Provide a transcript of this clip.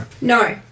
No